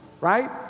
Right